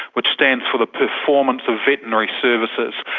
which stands for the performance of veterinary services,